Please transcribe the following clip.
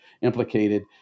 implicated